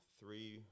three